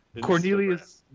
Cornelius